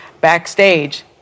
backstage